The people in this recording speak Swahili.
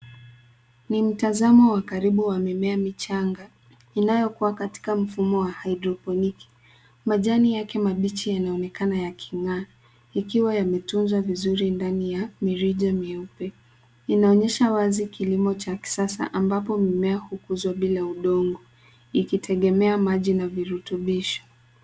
Ni mtazamo wa karibu wa mimea michanga inayokua katika mfumo wa hydroponic .Majani yake mabichi yanaonekana yaking'aa ikiwa yametunzwa vizuri ndani ya mirija myeupe. Inaonyesha wazi kilimo cha kisasa ambapo mimea hukuzwa bila udongo ikitegemea maji na virutubisho.